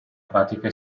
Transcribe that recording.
pratica